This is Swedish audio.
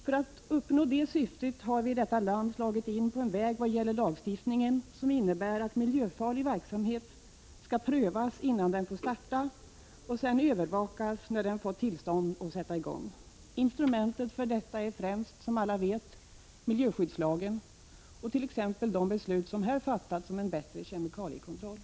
För att uppnå det syftet har vi i vårt land slagit in på en väg vad gäller lagstiftningen som innebär att miljöfarlig verksamhet skall prövas innan den får starta och sedan övervakas när den fått tillstånd att sätta i gång. Instrumenten för detta är, som alla vet, främst miljöskyddslagen och t.ex. de beslut som här fattats om en bättre kemikaliekontroll.